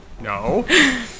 No